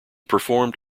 performed